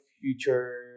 future